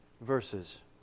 verses